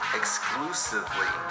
exclusively